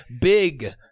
big